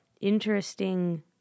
interesting